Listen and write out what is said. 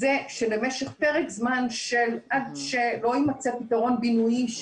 היא שלמשך פרק זמן של עד שלא יימצא פתרון בינויי,